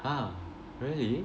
!huh! really